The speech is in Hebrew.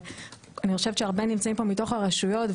ואני חושבת שהרבה נמצאים פה מתוך הרשויות,